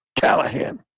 Callahan